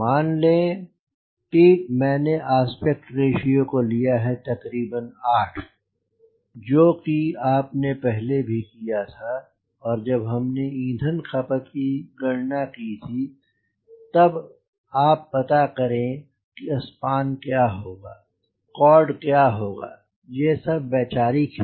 मां लें कि मैंने आस्पेक्ट रेश्यो को लिया है तक़रीबन 8 जो कि आप ने पहले भी लिया था जब हमने ईंधन खपत की गणना की थी तब आप पता करें कि स्पान क्या होगा कॉर्ड क्या होगा ये सब वैचारिक है